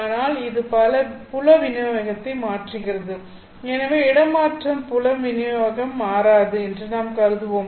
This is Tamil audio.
ஆனால் இது புல விநியோகத்தை மாற்றுகிறது எனவே இடமாற்றம் புலம் விநியோகம் மாறாது என்று நாம் கருதுவோம்